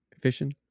fishing